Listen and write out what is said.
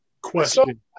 Question